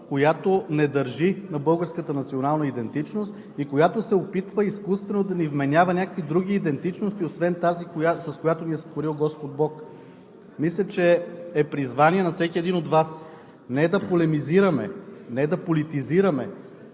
която не държи на българската национална идентичност и която се опитва изкуствено да ни вменява някакви други идентичности освен тази, с която ни е сътворил Господ Бог? Мисля, че е призвание на всеки един от нас не да полемизираме, не да политизираме